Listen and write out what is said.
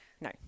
No